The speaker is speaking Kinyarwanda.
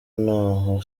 naho